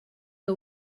que